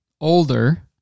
older